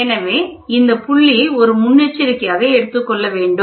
எனவே இந்த புள்ளியை ஒரு முன்னெச்சரிக்கையாக எடுத்துக் கொள்ள வேண்டும்